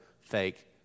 fake